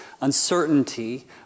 uncertainty